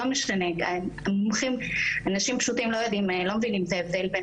זה לא משנה כי אנשים פשוטים לא מבינים את ההבדל בין